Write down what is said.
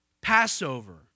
Passover